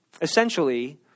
Essentially